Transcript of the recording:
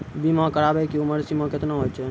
बीमा कराबै के उमर सीमा केतना होय छै?